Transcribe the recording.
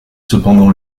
cependant